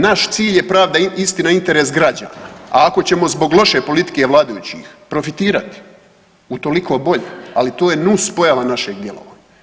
Naš cilj je pravda, istina i interes građana, a ako ćemo zbog loše politike vladajućih profitirati utoliko bolje, ali to je nus pojava našeg djelovanja.